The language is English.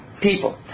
people